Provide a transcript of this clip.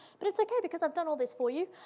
but it's okay, because i've done all this for you.